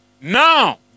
Now